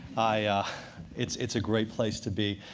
ah it's it's a great place to be.